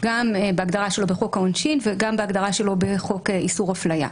גם בהגדרה שלו בחוק העונשין וגם בהגדרה שלו בחוק איסור הפליה,